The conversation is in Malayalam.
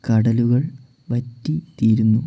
കടലുകൾ വറ്റി തീരുന്നു